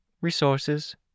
Resources